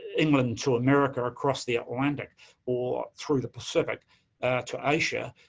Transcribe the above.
england to america or across the atlantic or through the pacific to asia,